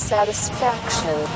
Satisfaction